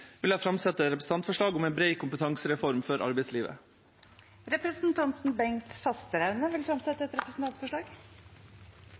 jeg framsette et representantforslag om en bred kompetansereform for arbeidslivet. Representanten Bengt Fasteraune vil